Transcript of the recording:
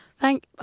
Thank